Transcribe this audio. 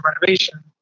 renovation